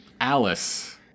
Alice